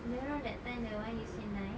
you know that time the one you said nice